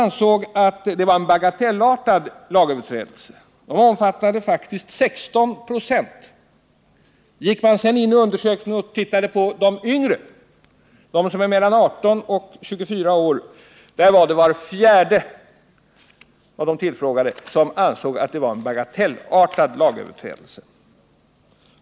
Inom kategorin ”alla åldrar” ansåg faktiskt 16 96 att det är en bagatellartad lagöverträdelse. Av de yngre som tillfrågades, personer mellan 18 och 24 år, ansåg var fjärde att det rör sig om en bagatellartad lagöverträdelse.